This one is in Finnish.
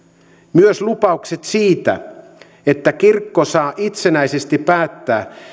myös lupaukset siitä että kirkko saa itsenäisesti päättää